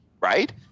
Right